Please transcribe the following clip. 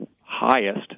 highest